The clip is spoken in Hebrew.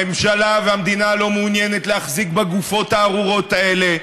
הממשלה והמדינה לא מעוניינת להחזיק בגופות הארורות האלה,